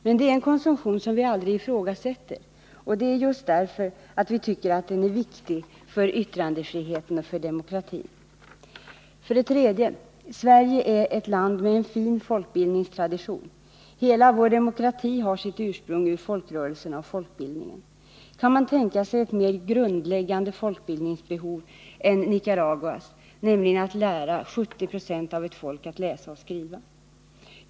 Men det är en konsumtion som vi aldrig ifrågasätter, just därför att vi tycker att den är viktig för yttrandefriheten och demokratin. För det tredje: Sverige är ett land med en fin folkbildningstradition. Hela vår demokrati har sitt ursprung i folkrörelserna och folkbildningen. Kan man tänka sig ett mera grundläggande folkbildningsbehov än Nicaraguas, att lära 70 20 av ett folk att läsa och skriva?